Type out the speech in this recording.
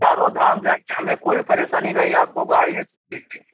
चारों धाम जाएँगे हमें कोई परेशानी नहीं है आपको गाड़ी भेज देंगे